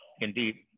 Indeed